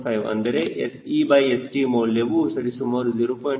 5 ಅಂದರೆ SeSt ಮೌಲ್ಯವು ಸರಿಸುಮಾರು 0